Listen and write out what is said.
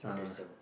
uh